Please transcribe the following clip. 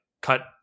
cut